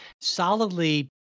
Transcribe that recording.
solidly